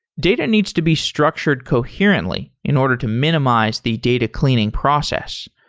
data needs to be structured coherently in order to minimize the data cleaning process.